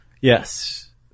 Yes